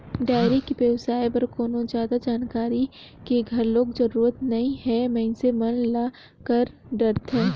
dairy के बेवसाय बर कोनो जादा जानकारी के घलोक जरूरत नइ हे मइनसे मन ह कर डरथे